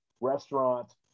restaurants